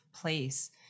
place